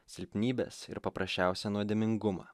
silpnybes ir paprasčiausią nuodėmingumą